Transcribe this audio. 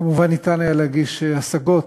כמובן, ניתן יהיה להגיש השגות,